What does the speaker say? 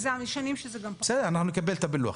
היו שנים שגם פחות.